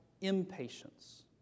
impatience